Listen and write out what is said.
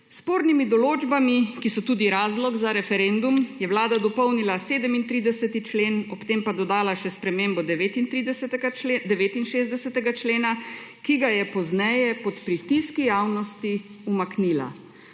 spornimi določbami, ki so tudi razlog za referendum, je Vlada dopolnila 37. člen, ob tem pa dodala še spremembo 69. člena, ki ga je pozneje pod pritiski javnosti umaknila.